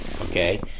okay